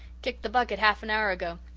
kicked the bucket half an hour ago.